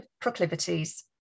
proclivities